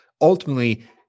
ultimately